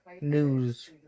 news